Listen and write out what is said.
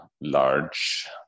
large